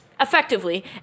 effectively